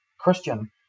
Christian